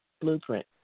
Blueprint